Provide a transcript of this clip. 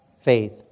faith